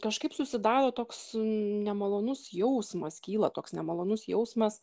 kažkaip susidaro toks nemalonus jausmas kyla toks nemalonus jausmas